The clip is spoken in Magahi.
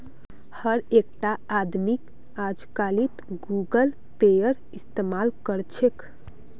हर एकटा आदमीक अजकालित गूगल पेएर इस्तमाल कर छेक